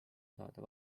saada